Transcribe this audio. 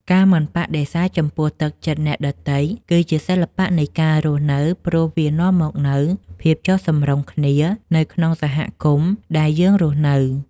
ការមិនបដិសេធចំពោះទឹកចិត្តអ្នកដទៃ គឺជាសិល្បៈនៃការរស់នៅ ព្រោះវានាំមកនូវភាពចុះសម្រុងគ្នានៅក្នុងសហគមន៍ដែលយើងរស់នៅ។